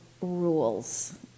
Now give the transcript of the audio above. rules